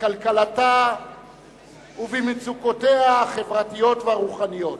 בכלכלתה ובמצוקותיה החברתיות והרוחניות.